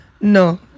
No